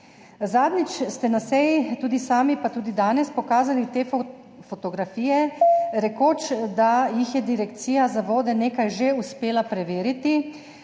danes ste na seji tudi sami pokazali te fotografije, rekoč, da jih je Direkcija za vode nekaj že uspela preveriti.